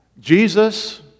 Jesus